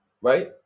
right